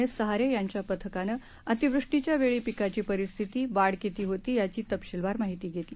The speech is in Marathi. एससहारेयांच्यापथकानेअतिवृष्टीच्यावेळीपिकाचीपरिस्थितीवाढकितीहोतीयाचीतपशीलवारमाहितीघेतली